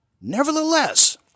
Nevertheless